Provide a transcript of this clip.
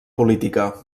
política